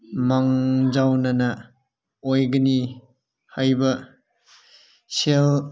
ꯃꯥꯡꯖꯧꯅꯅ ꯑꯣꯏꯒꯅꯤ ꯍꯥꯏꯕ ꯁꯦꯜ